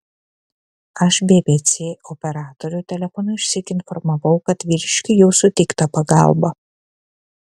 aš bpc operatorių telefonu išsyk informavau kad vyriškiui jau suteikta pagalba